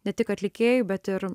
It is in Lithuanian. ne tik atlikėjui bet ir